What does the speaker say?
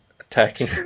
attacking